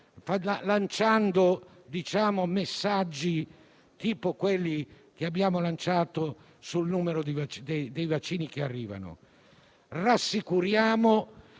lanciando messaggi tipo quelli che abbiamo dato sul numero dei vaccini che arrivano,